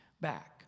back